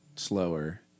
slower